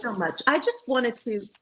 sort of much. i just wanted to.